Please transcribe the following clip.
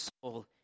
soul